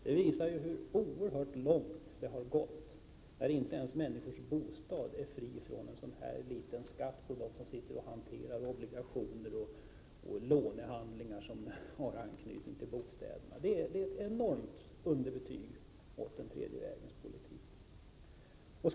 Detta visar ju hur oerhört långt det har gått då inte ens människors bostad går fri från en sådan här liten skatt för dem som hanterar obligationer och lånehandlingar med anknytning till bostäderna. Detta innebär ett enormt underbetyg för den tredje vägens politik.